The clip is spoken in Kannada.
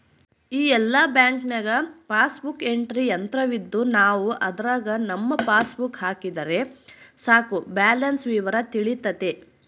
ಈಗ ಎಲ್ಲ ಬ್ಯಾಂಕ್ನಾಗ ಪಾಸ್ಬುಕ್ ಎಂಟ್ರಿ ಯಂತ್ರವಿದ್ದು ನಾವು ಅದರಾಗ ನಮ್ಮ ಪಾಸ್ಬುಕ್ ಹಾಕಿದರೆ ಸಾಕು ಬ್ಯಾಲೆನ್ಸ್ ವಿವರ ತಿಳಿತತೆ